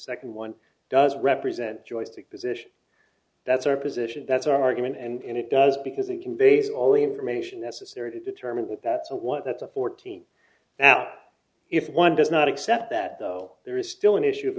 second one does represent joystick position that's our position that's our argument and it does because it can be all the information necessary to determine that that's what that's a fourteen now if one does not accept that there is still an issue of